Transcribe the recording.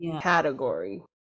category